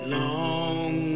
long